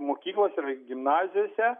mokyklose arba gimnazijose